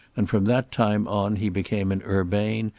and from that time on he became an urbane,